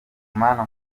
mana